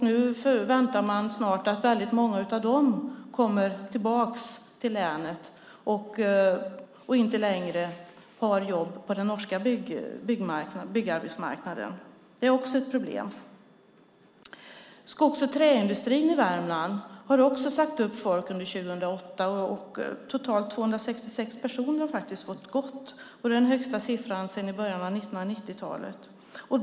Nu väntar man att väldigt många av dem snart kommer tillbaka till länet och inte längre har jobb på den norska byggarbetsmarknaden. Det är också ett problem. Skogs och träindustrin i Värmland har också sagt upp folk under 2008. Totalt 266 personer har faktiskt fått gå. Det är den högsta siffran sedan i början av 1990-talet.